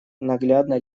наглядно